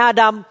Adam